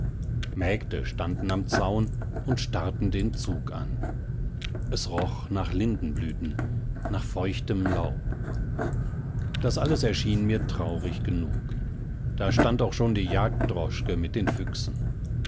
mägde standen am zaun und starrten den zug an es roch nach lindenblüten nach feuchtem laub das alles erschien mir traurig genug da stand auch schon die jagddroschke mit den füchsen